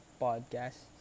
podcast